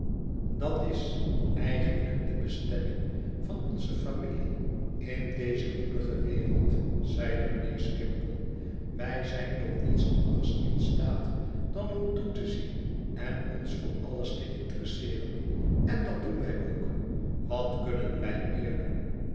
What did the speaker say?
dat is eigenlijk de bestemming van onze familie in deze woelige wereld zeide mijnheer skimpole wij zijn tot niets anders in staat dan om toe te zien en ons voor alles te interesseeren en dat doen wij ook wat kunnen wij meer doen